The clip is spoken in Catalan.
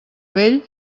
vell